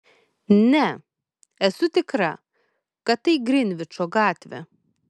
ne esu tikra kad tai grinvičo gatvė